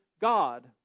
God